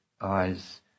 eyes